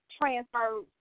transferred